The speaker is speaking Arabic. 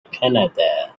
كندا